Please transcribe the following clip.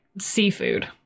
seafood